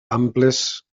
amples